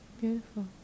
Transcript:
Beautiful